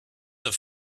have